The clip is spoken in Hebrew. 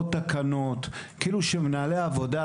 עוד תקנות כאילו שמנהלי העבודה,